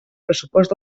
pressupost